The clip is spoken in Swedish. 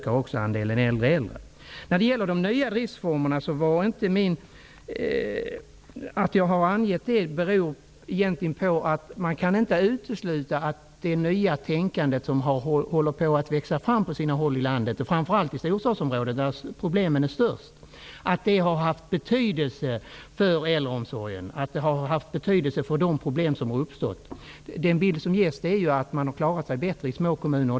Att jag har angett de nya driftsformerna beror egentligen på att det inte kan uteslutas att det nya tänkande som håller på att växa fram på sina håll i landet, framför allt i storstadsområdena där problemen är störst, har haft betydelse för äldreomsorgen och de problem som har uppstått. Den bild som ges är att man har klarat sig bättre i små kommuner.